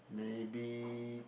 maybe